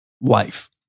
life